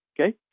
Okay